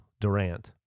Durant